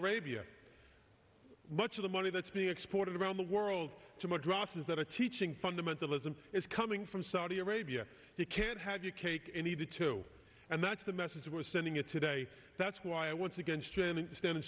arabia much of the money that's being exported around the world to madrassas that are teaching fundamentalism is coming from saudi arabia you can't have your cake and eat it too and that's the message we're sending it today that's why once again strengthen the standing